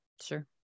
Sure